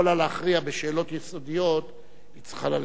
בשאלות יסודיות היא צריכה ללכת לבחירות.